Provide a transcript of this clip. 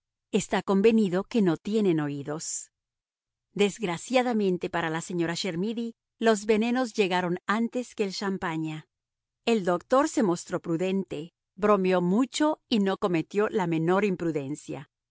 está convenido que no tienen oídos desgraciadamente para la señora chermidy los venenos llegaron antes que el champaña el doctor se mostró prudente bromeó mucho y no cometió la menor imprudencia